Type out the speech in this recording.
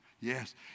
Yes